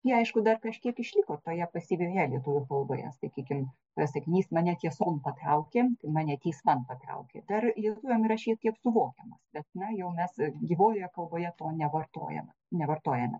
ji aišku dar kažkiek išliko toje pasyvioje lietuvių kalboje sakykim va sakinys mane tieson patraukė tai mane teisman patraukė dar lietuviam yra šiek tiek suvokiamas bet na jau mes gyvojoje kalboje nevartojame nevartojame